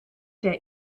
der